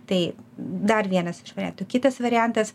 tai dar vienas iš variantų kitas variantas